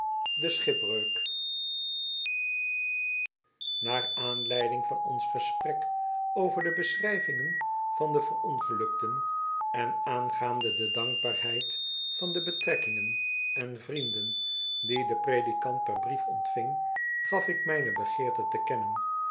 naar aanleiding van ons gesprek over do beschrijvingen van de verongelukten en aangaande de dankbaarheid van betrekkingen en vrienden die de predikant per brief ontving gaf ik mijne begeerte te kennen